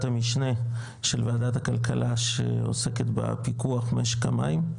המשנה של ועדת הכלכלה שעוסקת בפיקוח משק המים,